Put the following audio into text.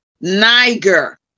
Niger